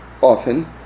often